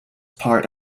part